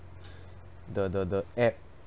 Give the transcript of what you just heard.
the the the app